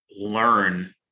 learn